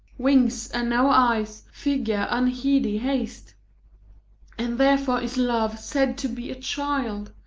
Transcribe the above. wings and no eyes figure unheedy haste and therefore is love said to be a child,